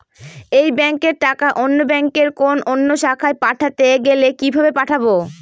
এক ব্যাংকের টাকা অন্য ব্যাংকের কোন অন্য শাখায় পাঠাতে গেলে কিভাবে পাঠাবো?